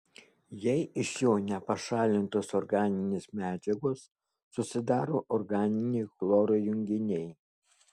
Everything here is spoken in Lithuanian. jei iš jo nepašalintos organinės medžiagos susidaro organiniai chloro junginiai